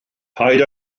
paid